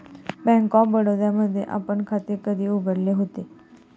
Bank of Baroda मध्ये आपण खाते कधी उघडले होते?